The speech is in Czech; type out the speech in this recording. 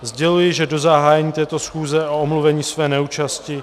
Sděluji, že do zahájení této schůze o omluvení své neúčasti...